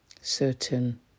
Certain